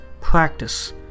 practice